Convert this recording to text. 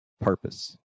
purpose